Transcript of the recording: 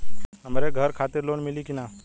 हमरे घर खातिर लोन मिली की ना?